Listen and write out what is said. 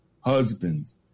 husbands